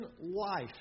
life